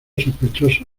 sospechoso